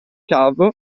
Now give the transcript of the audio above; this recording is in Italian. cavo